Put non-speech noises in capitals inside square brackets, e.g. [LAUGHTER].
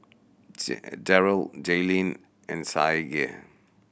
[UNINTELLIGIBLE] Darryll Jayleen and Saige